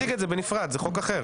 נציג את זה בנפרד, זה חוק אחר.